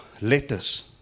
letters